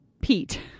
Pete